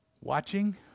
watching